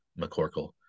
McCorkle